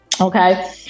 okay